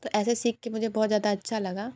तो ऐसे सीख के मुझे बहुत ज़्यादा अच्छा लगा